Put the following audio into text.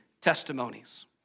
testimonies